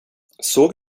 såg